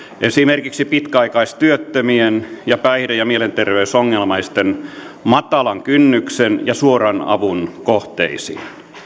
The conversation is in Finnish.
esimerkiksi pitkäaikaistyöttömien ja päihde ja mielenterveysongelmaisten matalan kynnyksen ja suoran avun kohteisiin